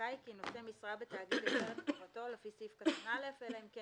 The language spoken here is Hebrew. חזקה היא כי נושא משרה בתאגיד הפר את חובתו לפי סעיף קטן (א) אלא אם כן